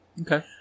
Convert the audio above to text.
Okay